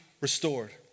restored